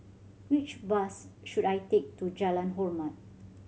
which bus should I take to Jalan Hormat